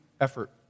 effort